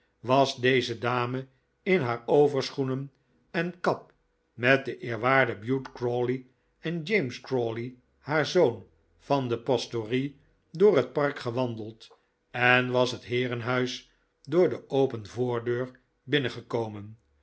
was deze dame in haar overschoenen en kap met den eerwaarden bute crawley en james crawley haar zoon van de pastorie door het park gewandeld en was het heerenhuis door de open voordeur binnengekomen